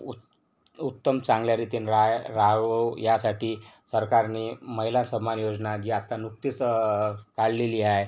उत उत्तम चांगल्या रितीने राय राहावं यासाठी सरकारनी महिला सम्मान योजना जी आत्ता नुकतीच काढलेली आहे